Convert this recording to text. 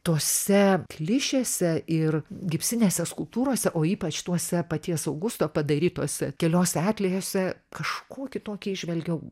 tose klišėse ir gipsinėse skulptūrose o ypač tuose paties augusto padarytose keliose akcijose kažkuo kitokia įžvelgiau